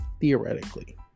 Theoretically